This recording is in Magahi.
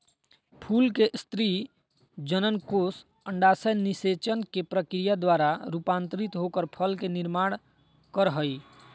फूल के स्त्री जननकोष अंडाशय निषेचन के प्रक्रिया द्वारा रूपांतरित होकर फल के निर्माण कर हई